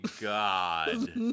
God